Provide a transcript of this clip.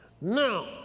Now